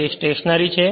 તે સ્ટેશનરી છે